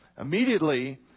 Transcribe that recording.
Immediately